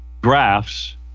graphs